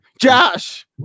Josh